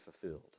fulfilled